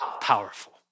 powerful